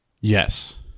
Yes